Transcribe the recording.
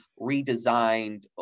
redesigned